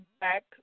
back